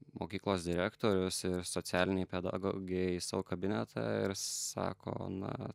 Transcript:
mokyklos direktorius ir socialinei pedagogei savo kabinetą ir sako na